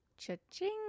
Cha-ching